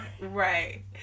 Right